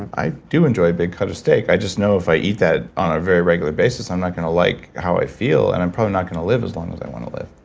i do enjoy big cuts of steak. i just know if i eat that on a regular basis i'm not going to like how i feel and i'm probably not going to live as long as i want to live.